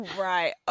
Right